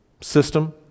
system